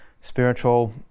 spiritual